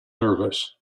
nervous